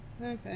okay